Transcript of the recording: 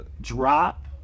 drop